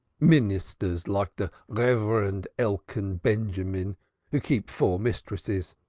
ministers like the reverend elkan benjamin who keep four mistresses,